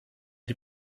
die